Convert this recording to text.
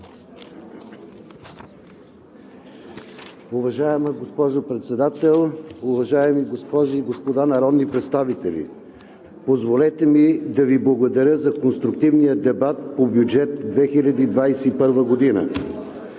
Уважаема госпожо Председател, уважаеми госпожи и господа народни представители! Позволете ми да Ви благодаря за конструктивния дебат по бюджет 2021 г.